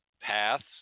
paths